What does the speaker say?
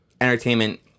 Entertainment